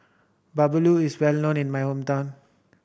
Bahulu is well known in my hometown